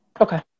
Okay